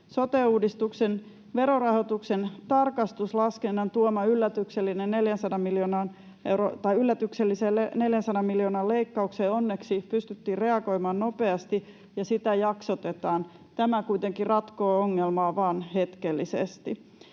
Sote-uudistuksen verorahoituksen tarkastuslaskennan tuomaan yllätykselliseen 400 miljoonan leikkaukseen onneksi pystyttiin reagoimaan nopeasti ja sitä jaksotetaan. Tämä kuitenkin ratkoo ongelmaa vain hetkellisesti.